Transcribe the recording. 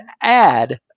add